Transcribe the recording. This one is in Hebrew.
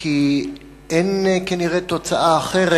כי אין כנראה תוצאה אחרת.